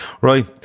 Right